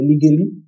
illegally